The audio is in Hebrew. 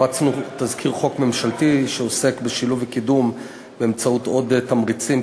הפצנו תזכיר חוק ממשלתי שעוסק בשילוב וקידום באמצעות עוד תמריצים,